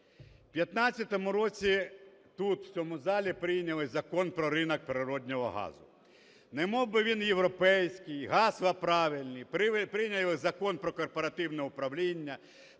В 15-му році тут в цьому залі прийняли Закон "Про ринок природного газу". Немовби він європейський, гасла правильні, прийняли Закон про корпоративне управління,